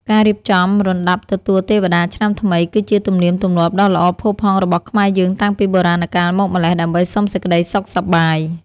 ការរៀបចំរណ្តាប់ទទួលទេវតាឆ្នាំថ្មី គឺជាទំនៀមទម្លាប់ដ៏ល្អផូរផង់របស់ខ្មែរយើងតាំងពីបុរាណកាលមកម្ល៉េះដើម្បីសុំសេចក្តីសុខសប្បាយ។